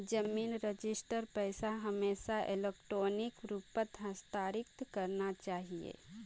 जमीन रजिस्ट्रीर पैसा हमेशा इलेक्ट्रॉनिक रूपत हस्तांतरित करना चाहिए